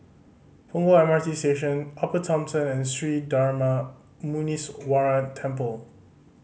Punggol M R T Station Upper Thomson and Sri Darma Muneeswaran Temple